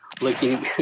looking